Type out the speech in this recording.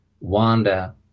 wanda